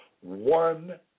one